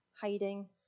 Hiding